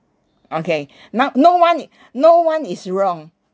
okay now no one i~ no one is wrong